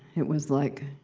it was like.